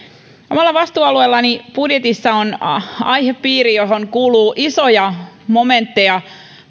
omalla vastuualueellani budjetissa on aihepiiri johon kuuluu isoja momentteja